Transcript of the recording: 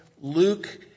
Luke